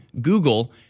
Google